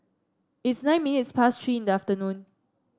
its nine minutes past Three in the afternoon